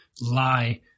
lie